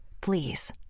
Please